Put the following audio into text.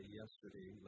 yesterday